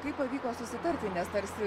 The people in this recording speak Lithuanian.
kaip pavyko susitarti nes tarsi